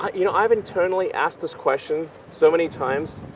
ah you know, i've internally asked this question so many times,